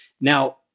Now